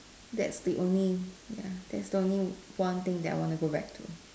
that's the only ya that's the only one thing I would want to go back to